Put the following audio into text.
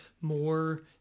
more